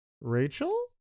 Rachel